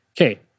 okay